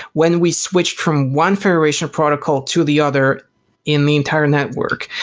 when we switched from one federation protocol to the other in the entire network.